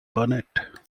burnett